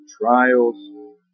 trials